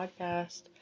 podcast